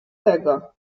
tego